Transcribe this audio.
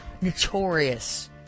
notorious